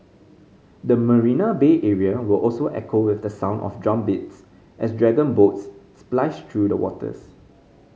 the Marina Bay area will also echo with the sound of drumbeats as dragon boats splice through the waters